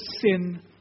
sin